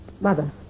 mother